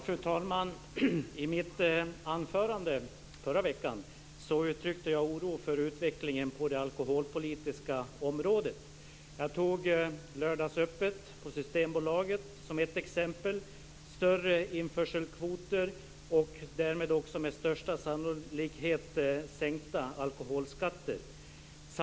Fru talman! I mitt anförande förra veckan uttryckte jag oro för utvecklingen på det alkoholpolitiska området. Jag tog upp lördagsöppet på Systembolaget som ett exempel och större införselkvoter och därmed också med största sannolikhet sänkta alkoholskatter.